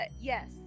yes